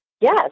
Yes